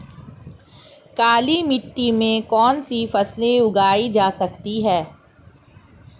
काली मिट्टी में कौनसी फसलें उगाई जा सकती हैं?